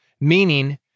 meaning